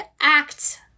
act